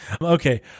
Okay